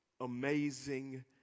amazing